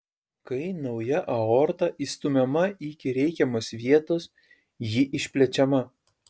kai nauja aorta įstumiama iki reikiamos vietos ji išplečiama